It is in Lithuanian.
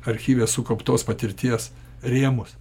archyve sukauptos patirties rėmus